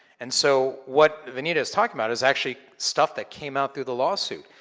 and so, what vanita is talking about is actually stuff that came out through the lawsuit.